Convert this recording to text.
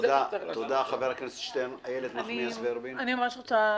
זה מה שצריך לעשות.